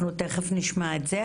אנחנו תיכף נשמע את זה,